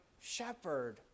shepherd